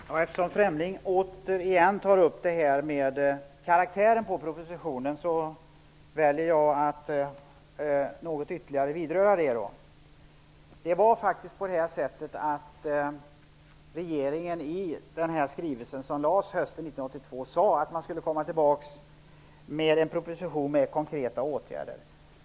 Herr talman! Eftersom Lennart Fremling återigen tar upp detta med karaktären på propositionen, väljer jag att något ytterligare beröra denna fråga. Regeringen sade i sin skrivelse 1992 att man skulle återkomma med en proposition med konkreta åtgärder.